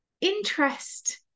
interest